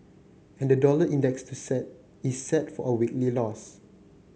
and the dollar index set is set for a weekly loss